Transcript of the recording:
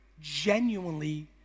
genuinely